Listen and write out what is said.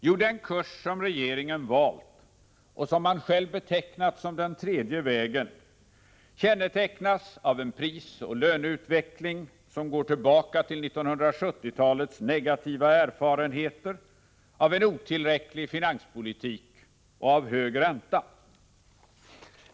Jo, den kurs som regeringen valt, och som han själv betecknat som den tredje vägen, kännetecknas av en prisoch löneutveckling — som kommer en att tänka på 1970-talets negativa erfarenheter —, vidare av en otillräcklig finanspolitik och av hög ränta.